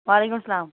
وعلیکُم سلام